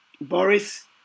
Boris